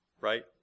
right